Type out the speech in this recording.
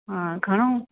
हा घणो